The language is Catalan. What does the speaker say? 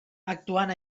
actuant